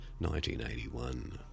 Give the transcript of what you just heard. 1981